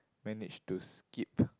manage to skip